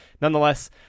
Nonetheless